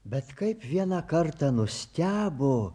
bet kaip vieną kartą nustebo